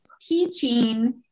teaching